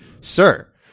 sir